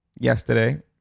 yesterday